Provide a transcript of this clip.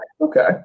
Okay